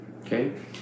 okay